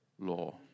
law